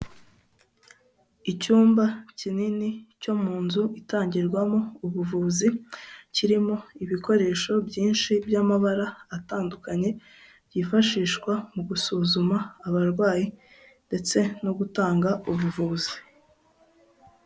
Icyumba kinini cyo mu nzu itangirwamo ubuvuzi, kirimo ibikoresho byinshi by'amabara atandukanye byifashishwa mu gusuzuma abarwayi ndetse no gutanga ubuvuzi.